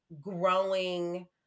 growing